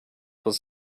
was